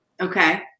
Okay